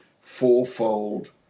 fourfold